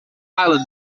ireland